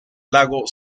lago